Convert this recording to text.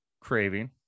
Craving